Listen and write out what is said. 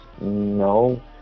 No